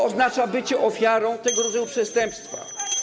Co oznacza bycie ofiarą tego rodzaju przestępstwa?